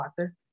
author